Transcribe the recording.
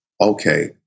okay